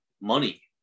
money